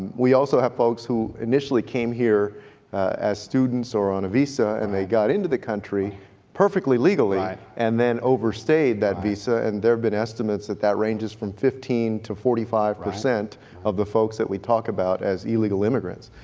we also have folks who initially came here as students or on a visa and they got into the country perfectly legally, and then overstayed that visa and there have been estimates that that ranges from fifteen to forty five percent of the folks that we talk about as illegal immigrants.